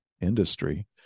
industry